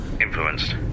Influenced